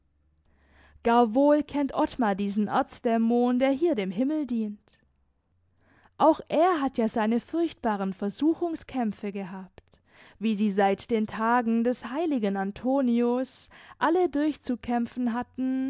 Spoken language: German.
gar wohl kennt ottmar diesen erzdämon der hier dem himmel dient auch er hat ja seine furchtbaren versuchungskämpfe gehabt wie sie seit den tagen des heiligen antonius alle durchzukämpfen hatten